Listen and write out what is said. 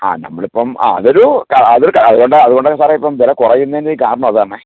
ആ നമ്മളിപ്പം ആ അതൊരൂ ക അതൊരു ക അതുകൊണ്ടാണ് അതുകൊണ്ടാണ് ഞാൻ സാറെ ഇപ്പം വില കുറയുന്നതിൻ്റെയും കാരണം അതാണെ